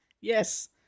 Yes